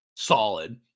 solid